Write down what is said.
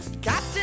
Captain